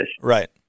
Right